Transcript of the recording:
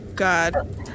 God